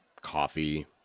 coffee